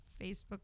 Facebook